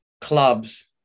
clubs